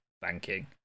banking